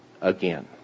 again